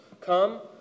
Come